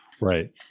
Right